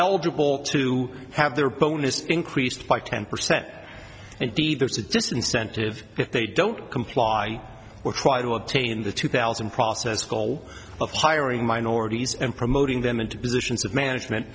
eligible to have their bonus increased by ten percent and d there's a disincentive if they don't comply or try to obtain the two thousand process goal of hiring minorities and promoting them into positions of management